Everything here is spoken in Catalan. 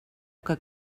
que